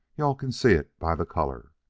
you-all can see it by the color.